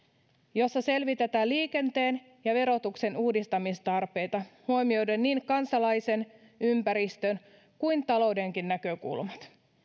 jossa selvitetään liikenteen ja verotuksen uudistamistarpeita huomioiden niin kansalaisen ympäristön kuin taloudenkin näkökulmat